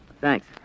Thanks